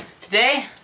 today